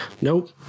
Nope